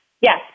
Yes